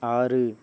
ஆறு